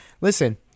Listen